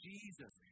Jesus